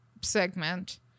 segment